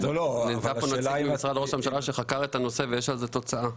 נמצא פה נציג ממשרד ראש הממשלה שחקר את הנושא ויש על זה תוצאה.